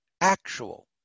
actual